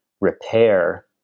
repair